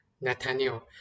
Nathaniel